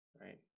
right